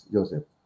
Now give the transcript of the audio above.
Joseph